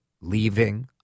leaving